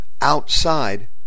outside